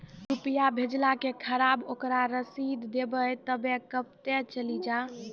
रुपिया भेजाला के खराब ओकरा रसीद देबे तबे कब ते चली जा?